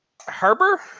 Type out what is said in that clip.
Harbor